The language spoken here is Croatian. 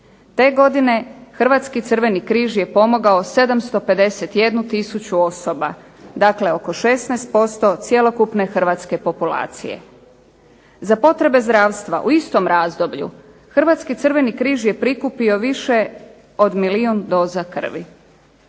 Te godine Hrvatski crveni križ je pomogao 751 tisuću osoba, dakle oko 16% cjelokupne hrvatske populacije. Za potrebe zdravstva u istom razdoblju Hrvatski crveni križ je prikupio više od milijun doza krvi.